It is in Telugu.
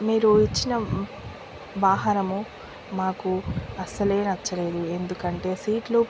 మీరు ఇచ్చిన వాహనము మాకు అస్సలే నచ్చలేదు ఎందుకంటే సీట్లు